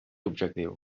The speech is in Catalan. objectiu